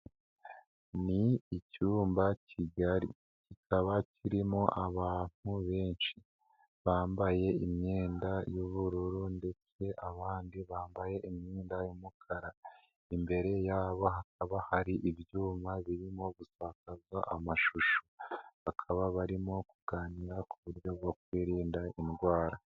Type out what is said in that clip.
Ni icyumba kigari, kikaba kirimo abantu benshi bambaye imyenda y'ubururu ndetse abandi bambaye imyenda y'umukara, imbere yabo hakaba hari ibyuma birimo gusakaza amashusho, bakaba barimo kuganira ku buryo bwo kwirinda indwara.